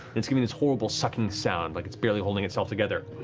it's giving this horrible sucking sound, like it's barely holding itself together.